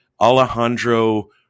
Alejandro